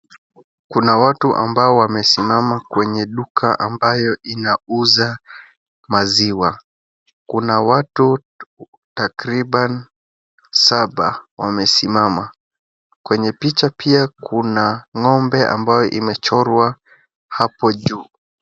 Kuna watu ambao wamesimama kwenye duka ambayo inauza maziwa. Kuna watu takriban saba wamesimama. Kwenye picha pia kuna ng'ombe ambayo imechorwa hapo juu.